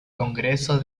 congreso